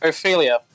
Ophelia